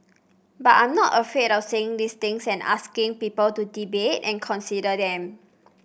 but I'm not afraid of saying these things and asking people to debate and consider them